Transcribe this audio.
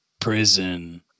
Prison